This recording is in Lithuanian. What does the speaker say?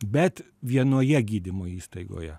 bet vienoje gydymo įstaigoje